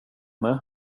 med